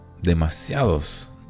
demasiados